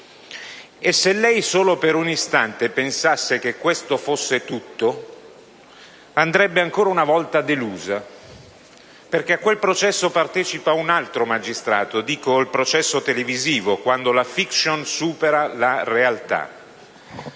Se lei solo per un istante pensasse che questo fosse tutto, andrebbe ancora una volta delusa, perché a quel processo partecipa un altro magistrato (intendo il processo televisivo: quando la *fiction* supera la realtà),